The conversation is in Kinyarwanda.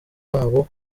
wabo